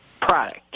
product